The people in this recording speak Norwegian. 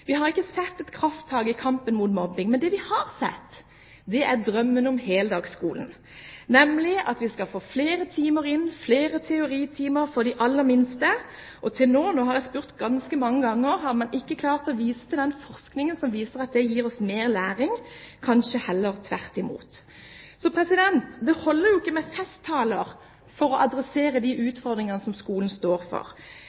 vi har sett, er drømmen om heldagsskolen, nemlig at vi skal få flere timer inn i skolen, flere teoritimer for de aller minste, og til nå – nå har jeg spurt ganske mange ganger – har man ikke klart å vise til forskning som viser at det gir oss mer læring, kanskje heller tvert imot. Det holder ikke med festtaler for å adressere de